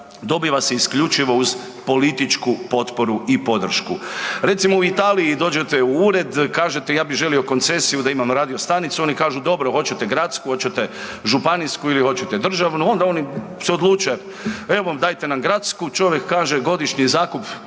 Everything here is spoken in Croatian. dobiva se isključivo uz političku potporu i podršku. Recimo u Italiji dođete u ured, kažete ja bih želio koncesiju da imam radio stanicu, oni kaže dobro hoćete gradsku, hoćete županijsku ili hoćete državu, onda oni se odluče evo dajte nam gradsku, čovjek kaže godišnji zakup